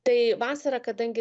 tai vasarą kadangi